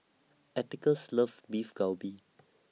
Atticus loves Beef Galbi